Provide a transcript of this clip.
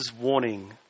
warning